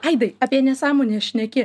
aidai apie nesąmones šneki